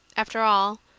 after all,